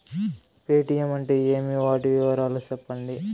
Paytm అంటే ఏమి, వాటి వివరాలు సెప్పండి?